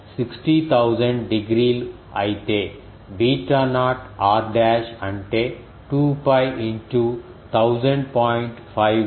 కాబట్టి అది 3 60000 డిగ్రీలు అయితే బీటా నాట్ r డాష్ అంటే 2 π ఇన్ టూ 1000